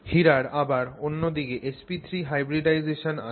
হীরার আবার অন্য দিকে sp3 hybridization আছে